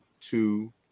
two